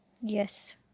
yes